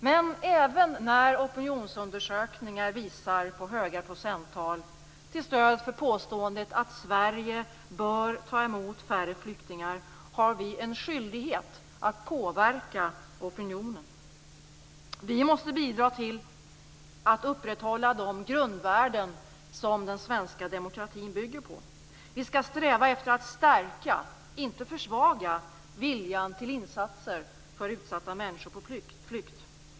Men även när opinionsundersökningar visar på höga procenttal till stöd för påståendet att Sverige bör ta emot färre flyktingar har vi en skyldighet att påverka opinionen. Vi måste bidra till att upprätthålla de grundvärden som den svenska demokratin bygger på. Vi skall sträva efter att stärka - inte försvaga - viljan till insatser för utsatta människor på flykt.